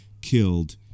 killed